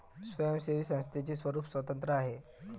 स्वयंसेवी संस्थेचे स्वरूप स्वतंत्र आहे